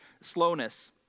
slowness